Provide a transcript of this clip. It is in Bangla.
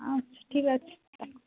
আচ্ছা ঠিক আছে রাখুন